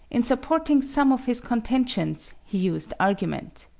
in supporting some of his contentions he used argument.